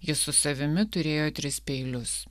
jis su savimi turėjo tris peilius